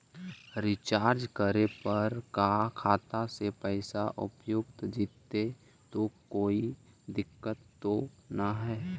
Recharge करे पर का खाता से पैसा उपयुक्त जितै तो कोई दिक्कत तो ना है?